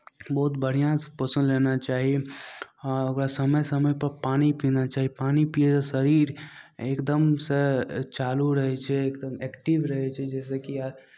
बहुत बढ़िआँसँ पोषण लेना चाही हाँ ओकरा समय समयपर पानि पीना चाही पानि पियैसँ शरीर एकदमसँ चालू रहै छै एकदम एक्टिव रहै छै जाहिसँ कि आ